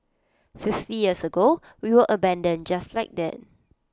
fifty years ago we were abandoned just like that